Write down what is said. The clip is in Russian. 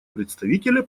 представителя